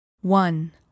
one